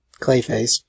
Clayface